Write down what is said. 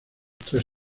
tres